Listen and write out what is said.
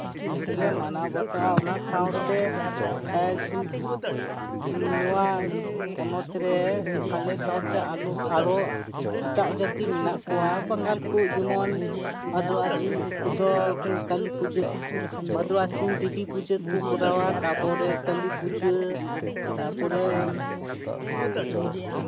ᱞᱮ ᱢᱟᱱᱟᱣᱼᱵᱟᱛᱟᱣᱟ ᱚᱱᱟ ᱥᱟᱶᱛᱮ ᱮᱸᱜ ᱱᱚᱣᱟ ᱯᱚᱱᱚᱛ ᱨᱮ ᱟᱞᱮ ᱥᱟᱶᱛᱮ ᱟᱨᱚ ᱮᱴᱟᱜ ᱡᱟᱹᱛᱤ ᱢᱮᱱᱟᱜ ᱠᱚᱣᱟ ᱵᱟᱝᱜᱟᱞ ᱠᱚ ᱡᱮᱢᱚᱱ ᱵᱷᱟᱫᱨᱚ ᱟᱥᱤᱱ ᱩᱱᱠᱩ ᱫᱚ ᱠᱟᱞᱤᱯᱩᱡᱟᱹ ᱵᱷᱟᱫᱨᱚ ᱟᱥᱤᱱ ᱫᱮᱵᱤ ᱯᱩᱡᱟᱹ ᱠᱚ ᱠᱚᱨᱟᱣᱟ ᱛᱟᱯᱚᱨᱮ ᱠᱟᱞᱤᱯᱩᱡᱟᱹ ᱛᱟᱯᱚᱨᱮ